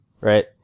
right